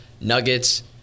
Nuggets